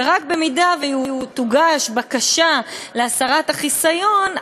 ורק במידה שתוגש בקשה להסרת החיסיון,